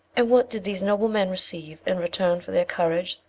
and what did these noble men receive in return for their courage,